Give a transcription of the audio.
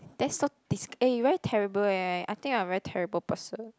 that's so dis~ eh you very terrible eh I think you're a very terrible person